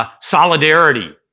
solidarity